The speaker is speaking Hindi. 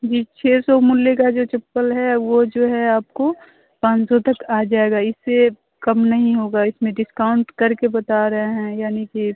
जी छः सौ मूल्य का जो चप्पल है वह जो है आपको पाँच सौ तक आ जाएगा इससे कम नही होगा इसमें डिस्काउंट करके बता रहे हैं यानि कि